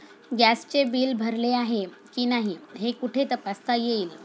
गॅसचे बिल भरले आहे की नाही हे कुठे तपासता येईल?